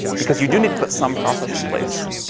because you do need to put some process in place,